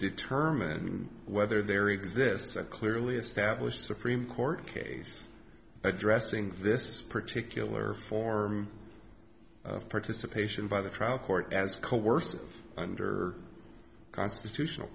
determine whether there exists a clearly established supreme court case addressing this particular form of participation by the trial court as coerced under constitutional